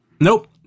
Nope